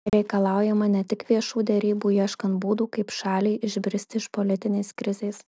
reikalaujama ne tik viešų derybų ieškant būdų kaip šaliai išbristi iš politinės krizės